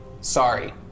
Sorry